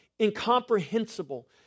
incomprehensible